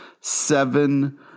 seven